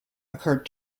occurred